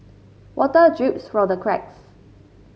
water drips from the cracks